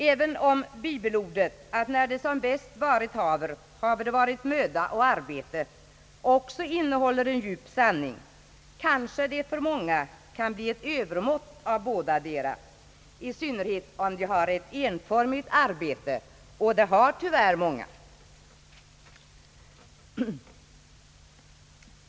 Även om bibelordet »När det som bäst varit haver, haver det varit möda och arbete» också innehåller en djup sanning, kanske det för många kan bli ett övermått av bådadera, i synnerhet om de har ett enformigt arbete, vilket många tyvärr har.